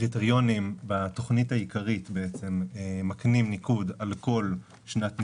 הקריטריונים בתוכנית העיקרית בעצם מקנים ניקוד על כל שנת נישואין.